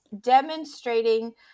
demonstrating